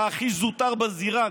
אתה הכי זוטר בזירה.